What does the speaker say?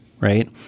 Right